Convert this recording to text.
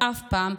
אף פעם,